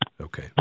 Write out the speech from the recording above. Okay